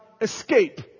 escape